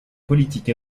politiques